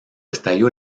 estalló